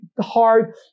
hard